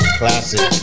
classic